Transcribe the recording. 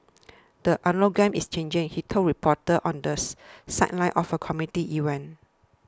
the algorithm is changing he told reporters on the sidelines of a community event